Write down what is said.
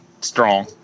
strong